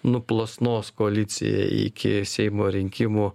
nuplasnos koalicija iki seimo rinkimų